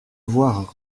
voir